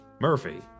Murphy